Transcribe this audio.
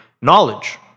knowledge